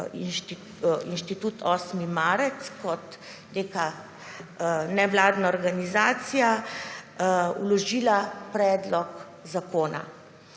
Inštitut 8. marec kot neka nevladna organizacija vložila predlog zakona.